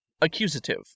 Accusative